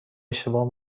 اشتباه